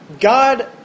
God